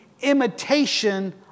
Imitation